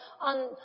on